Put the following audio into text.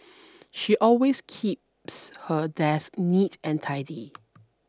she always keeps her desk neat and tidy